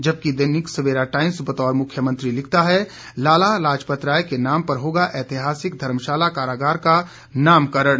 जबकि दैनिक सवेरा टाइम्स बतौर मुख्यमंत्री लिखता है लाला लाजपत राय के नाम पर होगा ऐतिहासिक धर्मशाला कारागार का नामकरण